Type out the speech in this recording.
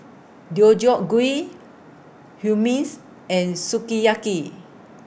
Deodeok Gui Hummus and Sukiyaki